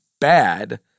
bad